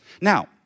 Now